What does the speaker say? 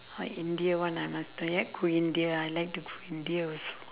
india one I must I like go india I like to go india also